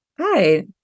Hi